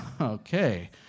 Okay